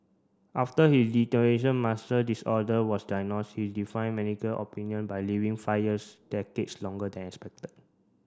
after his muscle disorder was diagnosed he defied medical opinion by living fires decades longer than expected